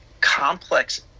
complex